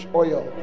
oil